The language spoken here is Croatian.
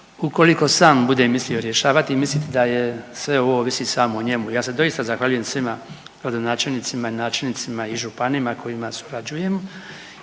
ukoliko sam bude mislio rješavati i misliti da je sve ovo ovisi samo o njemu. Ja se doista zahvaljujem svima, gradonačelnicima i načelnicima i županima kojima surađujem